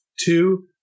two